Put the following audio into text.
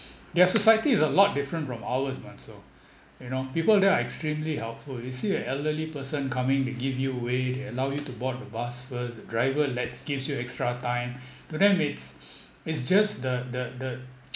their society is a lot different from ours monzu you know people there are extremely helpful you see an elderly person coming they give you way allow you to board the bus first the driver lets gives you extra time to them it's it's just the the the